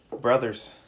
Brothers